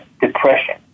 depression